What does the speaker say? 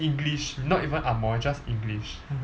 english not even angmoh just english